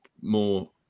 more